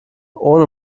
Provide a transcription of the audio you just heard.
ohne